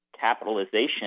capitalization